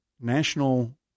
national